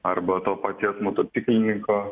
arba to paties motociklininko